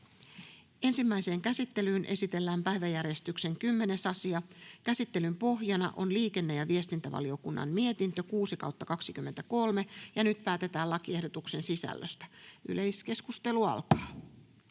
Ensimmäiseen käsittelyyn esitellään päiväjärjestyksen 7. asia. Käsittelyn pohjana on liikenne- ja viestintävaliokunnan mietintö LiVM 4/2023 vp. Nyt päätetään lakiehdotuksen sisällöstä. — Keskustelu alkaa.